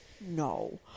no